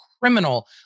criminal